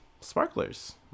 sparklers